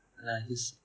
and I just